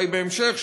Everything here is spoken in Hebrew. אולי בהמשך,